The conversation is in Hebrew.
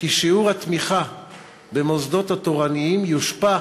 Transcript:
כי שיעור התמיכה במוסדות התורניים יושפע